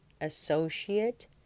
associate